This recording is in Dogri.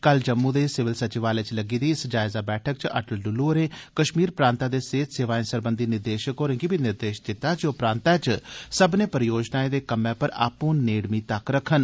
कल जम्मू दे सिविल संचिवालय च लग्गी दी इस जायजा बैठक च अटल डुल्लू होरें कश्मीर प्रांतै दे सेहत सेवाएं सरबंघी निदेशक होरें गी बी निर्देश दित्ता जे ओह प्रांतै च सब्मने परियोजनाएं दे कम्मै पर आपूं नेड़मी तक्क रक्खन